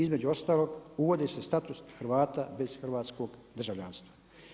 Između ostalog uvodi se status Hrvata bez hrvatskog državljanstva“